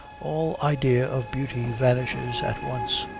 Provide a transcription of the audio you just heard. all idea of beauty vanishes at once.